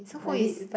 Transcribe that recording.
so who is